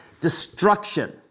destruction